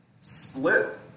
split